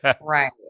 right